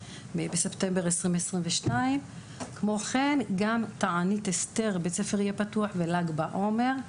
בספטמבר 2022. כמו כן בתענית אסתר בית הספר יהיה פתוח ובל"ג בעומר.